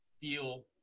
feel